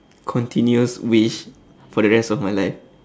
continuous wish for the rest of my life